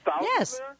Yes